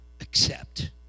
accept